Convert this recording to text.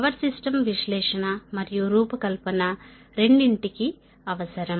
power system విశ్లేషణ మరియు రూపకల్పన రెండింటికీ అవసరం